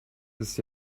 ist